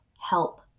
help